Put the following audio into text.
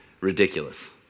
ridiculous